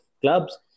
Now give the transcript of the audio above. clubs